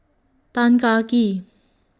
Tan Kah Kee